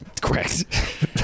correct